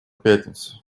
пятницы